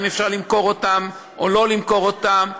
אם אפשר למכור אותן או לא למכור אותן.